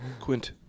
Quint